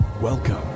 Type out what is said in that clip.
Welcome